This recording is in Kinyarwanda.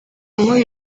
nk’uyu